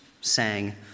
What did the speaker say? sang